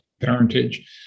parentage